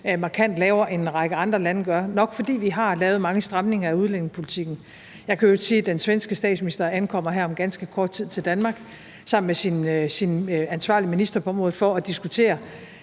markant lavere, end en række andre lande gør, nok fordi vi har lavet mange stramninger af udlændingepolitikken. Jeg kan i øvrigt sige, at den svenske statsminister ankommer her om ganske kort tid til Danmark sammen med sin ansvarlige minister på området for at diskutere